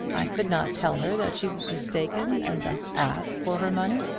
i could not tell her that she was mistaken, and thus ask for her money.